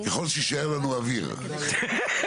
ככל שיישאר לנו אוויר, נקי.